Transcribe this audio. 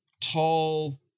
Tall